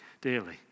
dearly